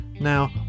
now